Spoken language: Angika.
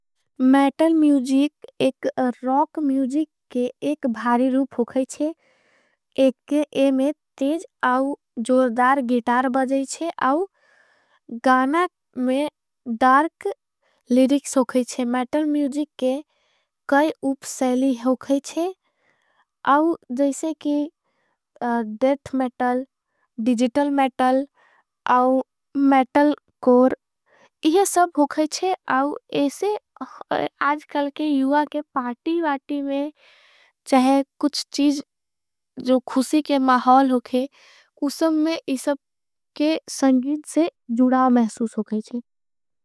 मेटल म्यूजिक एक रौक म्यूजिक के एक भारी रूप होगाईशे एक ये में तेज आओ जोरदार गितार बजाईशे आओ गानाग। में डार्क लिरिक्स होगाईशे मेटल म्यूजिक के कई उपसेली। होगाईशे आओ जैसे की डेथ मेटल डिजिटल मेटल आओ। मेटल कोर ये सब होगाईशे आओ एसे आज कल के युवा। के पाटी बाटी में चहे कुछ चीज जो खुसी के महाल होगे। उससे में इससे के संगील से जुड़ा महसूस होगाईशे।